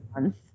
month